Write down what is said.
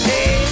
Hey